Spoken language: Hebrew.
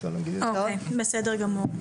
אוקיי בסדר גמור.